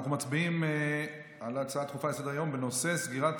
אנחנו מצביעים על הצעה דחופה לסדר-היום בנושא: סגירת